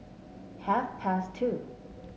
half past two